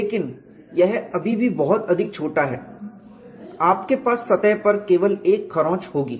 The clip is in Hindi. लेकिन यह अभी भी बहुत अधिक छोटा है आपके पास सतह पर केवल एक खरोंच होगी